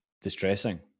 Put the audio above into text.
distressing